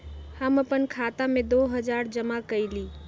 हम अपन खाता में दो हजार जमा कइली